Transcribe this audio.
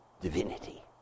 divinity